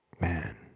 Man